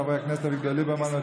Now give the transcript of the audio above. חברי הכנסת אביגדור ליברמן,